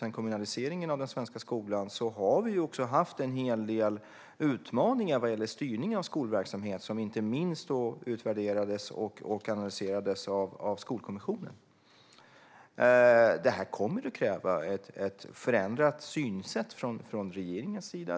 Sedan kommunaliseringen av den svenska skolan har vi ju också haft en hel del utmaningar vad gäller styrningen av skolverksamhet som inte minst utvärderades och kanaliserades av Skolkommissionen. Det här kommer att kräva ett förändrat synsätt från regeringens sida.